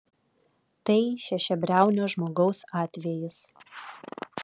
tai šešiabriaunio žmogaus atvejis